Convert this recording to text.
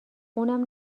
اونم